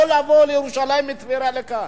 או לבוא לירושלים מטבריה לכאן,